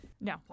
No